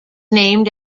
named